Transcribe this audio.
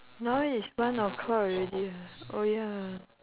now is one o'clock already eh oh ya